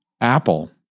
Apple